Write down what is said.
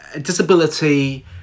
disability